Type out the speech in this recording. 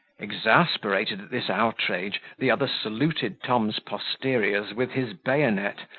exasperated at this outrage, the other saluted tom's posteriors with his bayonet,